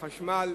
חשמל,